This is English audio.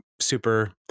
super